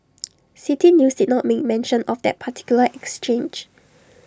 City News did not make mention of that particular exchange